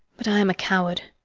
but i am a coward,